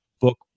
book